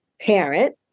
Parent